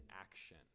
action